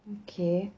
okay